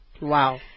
Wow